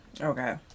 Okay